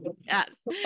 Yes